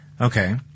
Okay